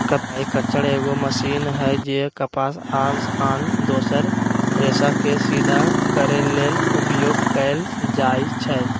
कताइ खच्चर एगो मशीन हइ जे कपास आ आन दोसर रेशाके सिधा करे लेल उपयोग कएल जाइछइ